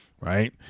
right